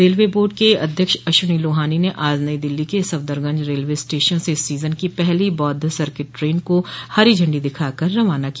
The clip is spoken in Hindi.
रेलवे बोर्ड के अध्यक्ष अश्वनी लोहानी ने आज नई दिल्ली के सफदरजंग रेलवे स्टेशन से इस सीजन की पहली बौद्ध सर्किट ट्रेन को हरी झंडी दिखा कर रवाना किया